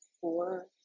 four